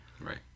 Right